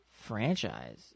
Franchise